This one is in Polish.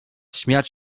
śmiać